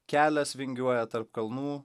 kelias vingiuoja tarp kalnų